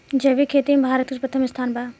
जैविक खेती में भारत के प्रथम स्थान बा